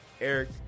Eric